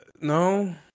no